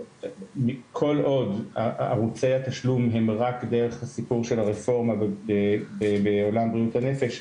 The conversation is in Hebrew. כל עוד ערוצי התשלום הם רק דרך הסיפור של הרפורמה בעולם בריאות הנפש,